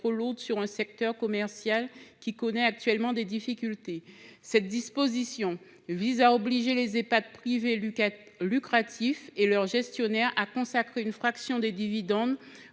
trop lourde sur un secteur commercial qui connaît actuellement des difficultés. Il s’agit d’obliger les Ehpad privés lucratifs et leurs gestionnaires à consacrer une fraction des dividendes